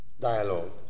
dialogue